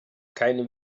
keine